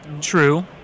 True